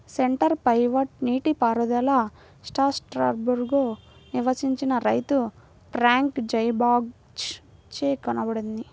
centre pivot నీటిపారుదల స్ట్రాస్బర్గ్లో నివసించిన రైతు ఫ్రాంక్ జైబాచ్ చే కనుగొనబడింది